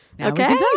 Okay